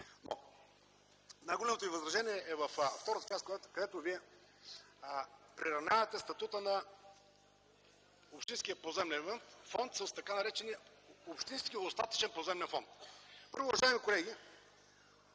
Най-голямото ми възражение е във втората част, където Вие приравнявате статута на общинския поземлен фонд с така наречения общински остатъчен поземлен фонд. Първо, уважаеми колеги,